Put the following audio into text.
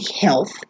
health